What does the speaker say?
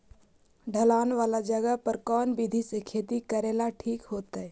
ढलान वाला जगह पर कौन विधी से खेती करेला ठिक होतइ?